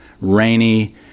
rainy